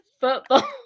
football